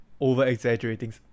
over-exaggerating